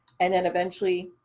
and then eventually,